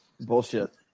Bullshit